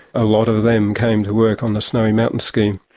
a lot of them came to work on the snowy mountains scheme.